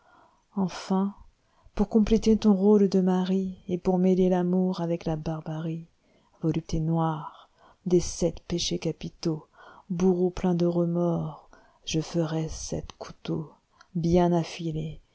enfin pour comjjéicr ton rôle de marie et pour mêler l'amour avec la barbarie volupté noire i des sept péchés capitaux bourreau plein de remords je ferai sept couteauxbien affilés